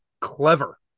clever